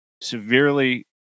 severely